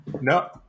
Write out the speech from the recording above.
no